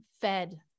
fed